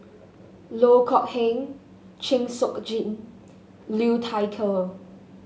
Loh Kok Heng Chng Seok Liu Thai Ker